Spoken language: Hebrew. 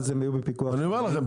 אני אומר לכם,